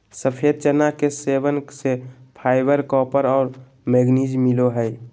सफ़ेद चना के सेवन से फाइबर, कॉपर और मैंगनीज मिलो हइ